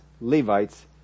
Levites